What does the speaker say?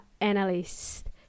analyst